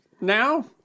now